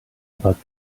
about